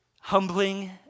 humbling